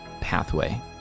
pathway